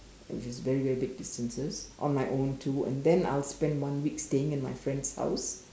which very very big differences on my own too and then I will spend one week staying in my friend's house